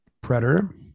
Predator